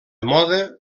mode